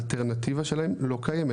האלטרנטיבה שלהם לא קיימת.